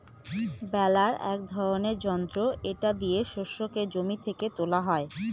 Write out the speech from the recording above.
বেলার এক ধরনের যন্ত্র এটা দিয়ে শস্যকে জমি থেকে তোলা হয়